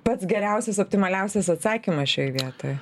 pats geriausias optimaliausias atsakymas šioj vietoj